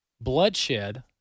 bloodshed